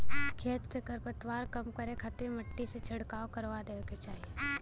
खेत से खरपतवार कम करे खातिर मट्टी में छिड़काव करवा देवे के चाही